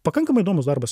pakankamai įdomus darbas